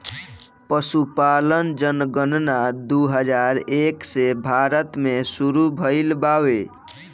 पसुपालन जनगणना दू हजार एक से भारत मे सुरु भइल बावे